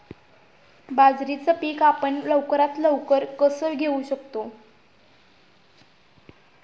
बाजरीचे पीक आपण लवकरात लवकर कसे घेऊ शकतो?